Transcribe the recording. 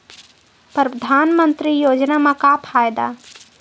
परधानमंतरी योजना म का फायदा?